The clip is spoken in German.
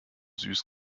süß